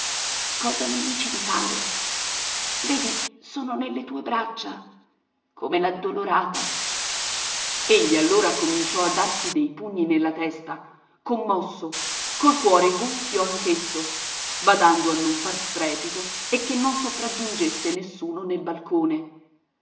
cosa mi dici di fare vedi sono nelle tue braccia come l'addolorata egli allora cominciò a darsi dei pugni nella testa commosso col cuore gonfio anch'esso badando a non far strepito e che non sopraggiungesse nessuno nel balcone